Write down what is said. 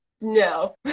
no